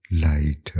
light